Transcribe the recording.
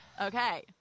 Okay